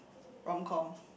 romcom